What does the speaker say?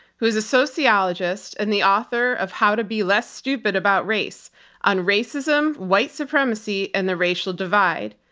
who is a sociologist and the author of how to be less stupid about race on racism, white supremacy, and the racial divide.